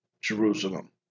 Jerusalem